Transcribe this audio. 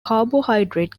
carbohydrate